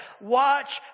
watch